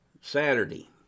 Saturday